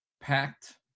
packed